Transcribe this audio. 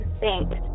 Thanks